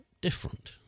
different